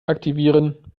aktivieren